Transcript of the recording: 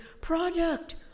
product